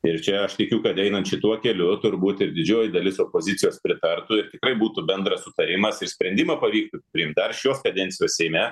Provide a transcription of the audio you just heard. ir čia aš tikiu kad einant šituo keliu turbūt ir didžioji dalis opozicijos pritartų ir tikrai būtų bendras sutarimas ir sprendimą pavyktų priimt dar šios kadencijos seime